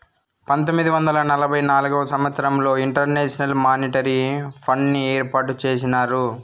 పంతొమ్మిది వందల నలభై నాల్గవ సంవచ్చరంలో ఇంటర్నేషనల్ మానిటరీ ఫండ్ని ఏర్పాటు చేసినారు